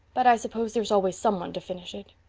but i suppose there's always some one to finish it.